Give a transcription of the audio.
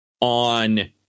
on